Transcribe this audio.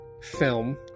film